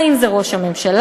האם זה ראש הממשלה?